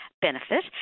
benefit